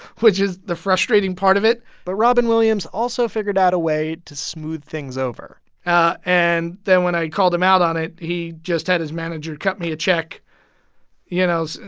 which is the frustrating part of it but robin williams also figured out a way to smooth things over and then when i called him out on it, he just had his manager cut me a check you know,